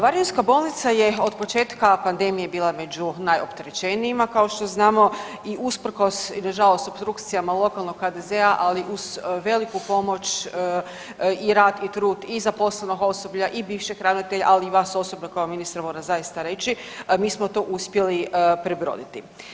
Varaždinska bolnica je od početka pandemije bila među najopterećenijima, kao što znamo i usprkos i nažalost opstrukcijama lokalnog HDZ-a, ali uz veliku pomoć i rad i trud i zaposlenog osoblja i bivšeg ravnatelja, ali i vas osobno kao ministra, moram zaista reći, mi smo to uspjeli prebroditi.